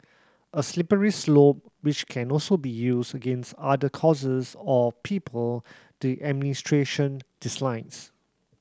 a slippery slope which can also be used against other causes or people the administration dislikes